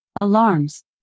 alarms